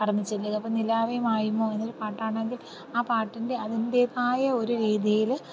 കടന്ന് ചെല്ലുക അപ്പോൾ നിലാവേ മായുമോ എന്നൊരു പാട്ടാണെങ്കിൽ ആ പാട്ടിൻ്റെ അതിൻ്റെതായ ഒരു രീതിയിൽ